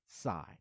side